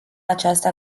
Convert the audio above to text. această